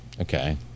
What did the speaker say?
Okay